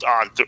on